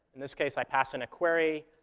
in this case, i pass in a query.